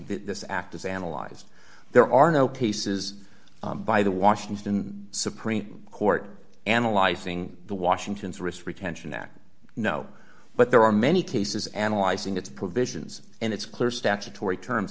this act is analyzed there are no cases by the washington supreme court analyzing the washington's risk retention act no but there are many cases analyzing its provisions and it's clear statutory terms